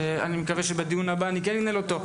אני מקווה שבדיון הבא אני כן אנהל אותו.